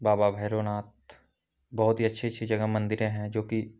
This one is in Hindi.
बाबा भैरोनाथ बहुत ही अच्छी अच्छी जगह मन्दिरें हैं जोकि